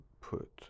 put